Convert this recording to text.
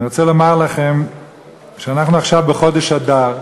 אני רוצה לומר לכם שאנחנו עכשיו בחודש אדר.